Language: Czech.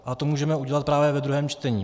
A to můžeme udělat právě ve druhém čtení.